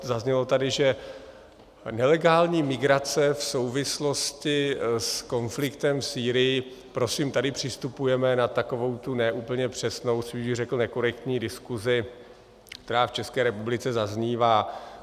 Zaznělo tady, že nelegální migrace v souvislosti s konfliktem v Sýrii prosím tady přistupujeme na takovou tu ne úplně přesnou, spíš bych řekl nekorektní diskuzi, která v České republice zaznívá.